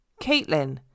Caitlin